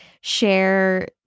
share